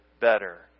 better